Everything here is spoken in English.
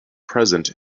present